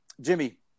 Jimmy